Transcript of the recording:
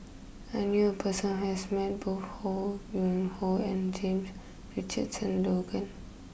I knew a person who has met both Ho Yuen Hoe and James Richardson Logan